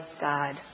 God